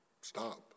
stop